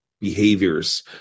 behaviors